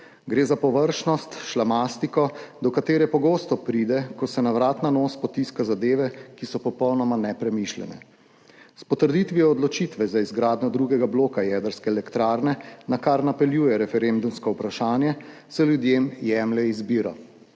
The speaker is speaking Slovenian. Gre za površnost, šlamastiko, do katere pogosto pride, ko se na vrat na nos potiska zadeve, ki so popolnoma nepremišljene. S potrditvijo odločitve za izgradnjo drugega bloka jedrske elektrarne, na kar napeljuje referendumsko vprašanje, se ljudem jemlje izbiro,